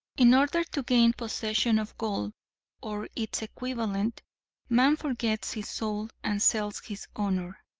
in order to gain possession of gold or its equivalent man forgets his soul and sells his honor.